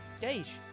Gage